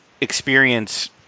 experience